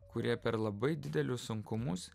kurie per labai didelius sunkumus